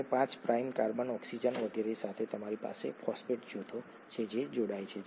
અને 5 prime carbon oxygen વગેરે સાથે તમારી પાસે ફોસ્ફેટ જૂથો છે જે જોડાય છે